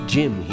Jim